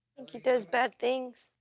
think he does bad things.